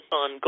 on